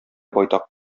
байтак